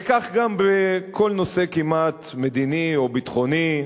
וכך גם בכל נושא כמעט, מדיני או ביטחוני.